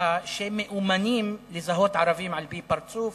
אבטחה שמאומנים לזהות ערבים לפי פרצוף,